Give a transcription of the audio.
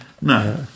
No